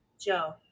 Joe